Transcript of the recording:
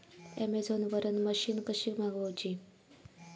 Amazon वरन machine कशी मागवची?